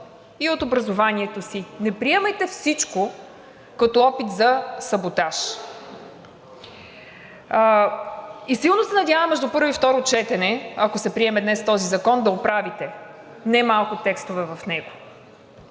и от образованието си, не приемайте всичко като опит за саботаж. И силно се надявам между първо и второ четене, ако се приеме днес този закон, да оправите не малко текстове в него.